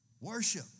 worship